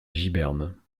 giberne